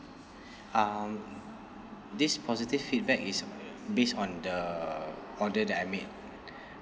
um this positive feedback is based on the order that I made